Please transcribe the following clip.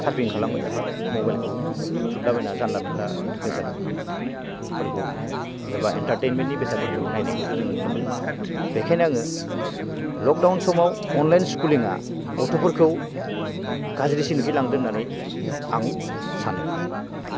सारपिं खालामो एबा मबेलखौ थुदला बायनानै जानला मोनला बेसादफोरखौ एबा एन्टारटेइनमेन्टनि बेसादफोरखौ नायनायखौसो जोङो नुनो मोनो बेखायनो आङो लकडाउन समाव अनलाइन स्कुलिंआ गथ'फोरखौ गाज्रिसिनखै लांदों होननानै आं सानो